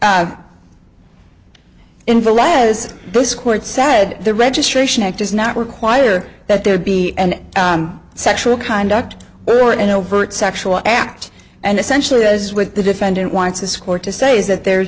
said the registration act does not require that there be any sexual conduct or an overt sexual act and essentially as with the defendant wants a score to say is that there